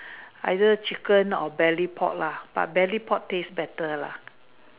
either chicken or Belly pork lah but Belly pork taste better lah